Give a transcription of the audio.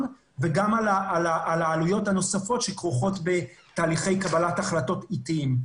וגם על העלויות הנוספות שכרוכות בתהליכי קבלת החלטות איטיים.